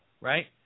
right